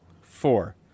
Four